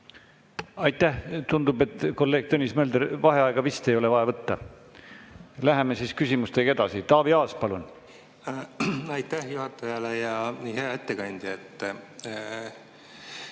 Aitäh! Tundub, et kolleeg Tõnis Mölderil vaheaega vist ei ole vaja võtta. Läheme küsimustega edasi. Taavi Aas, palun! Aitäh juhatajale! Hea ettekandja!